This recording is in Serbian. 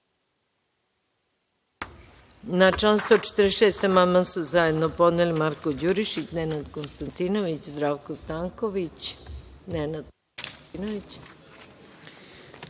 Na član 146. amandman su zajedno podneli Marko Đurišić, Nenad Konstantinović, Zdravko Stanković. Reč ima Nenad Konstantinović.